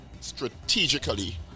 strategically